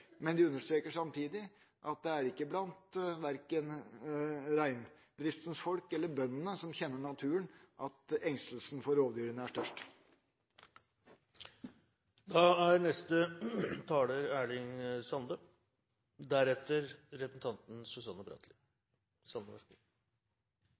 Men de understreker samtidig at det er verken blant reindriftens folk eller bøndene, som kjenner naturen, at engstelsen for rovdyrene er